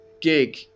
gig